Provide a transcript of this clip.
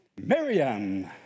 Miriam